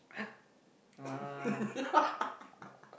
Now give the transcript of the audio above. !huh! no lah